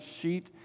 sheet